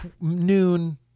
noon